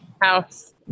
house